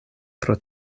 pro